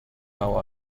how